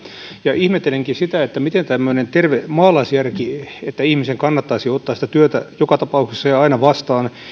ja ihmettelenkin sitä miten tämmöinen terve maalaisjärki että ihmisen kannattaisi ottaa sitä työtä joka tapauksessa ja aina vastaan